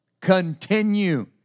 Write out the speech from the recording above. Continue